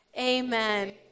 Amen